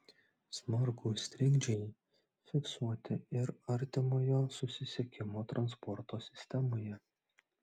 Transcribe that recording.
smarkūs trikdžiai fiksuoti ir artimojo susisiekimo transporto sistemoje